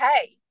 okay